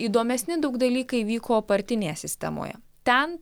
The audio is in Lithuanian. įdomesni daug dalykai vyko partinėje sistemoje ten